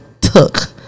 took